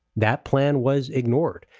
that plan was ignored.